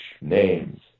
names